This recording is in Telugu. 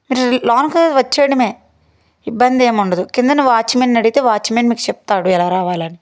లోనికి వచ్చేయడమే ఇబ్బంది ఏమి ఉండదు కిందన వాచ్మెన్ అడిగితే వాచ్మెన్ మీకు చెప్తాడు ఎలా రావాలని